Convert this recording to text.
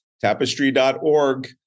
tapestry.org